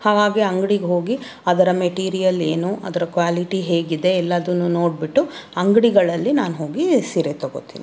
ಹಾಗೆ ಅಂಗಡಿಗೆ ಹೋಗಿ ಅದರ ಮೆಟೀರಿಯಲ್ ಏನು ಅದರ ಕ್ವಾಲಿಟಿ ಹೇಗಿದೆ ಎಲ್ಲದನ್ನೂ ನೋಡಿಬಿಟ್ಟು ಅಂಗಡಿಗಳಲ್ಲಿ ನಾನು ಹೋಗಿ ಸೀರೆ ತಗೋತೀನಿ